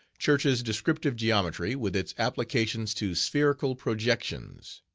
church's descriptive geometry, with its applications to spherical projections.